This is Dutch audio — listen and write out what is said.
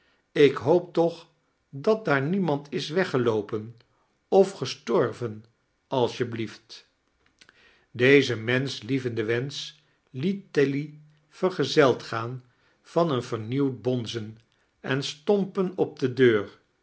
ik hoop toch dat daai niemand is weggeloopen of gestorven als je blieft deze niensohlievende wensch liet tilly vergezeld gaan van een vernieuwd bonzen en stompen op de deur